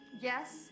Yes